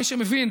מי שמבין,